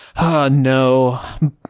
no